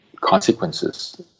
consequences